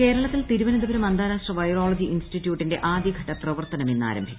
ന് കേരളത്തിൽ തിരുവനന്തപ്പൂര്യം അന്താരാഷ്ട്ര വൈറോളജി ഇൻസ്റ്റിറ്റ്യൂട്ടിന്റെ ആദ്യൂ പ്രവർത്തനം ഇന്നാരംഭിക്കും